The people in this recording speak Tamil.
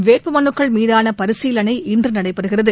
வேட்பு மனுக்கள் மீதான பரிசீலனை இன்று நடைபெறுகிறது